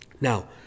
Now